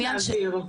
אין לי סמכות להעביר.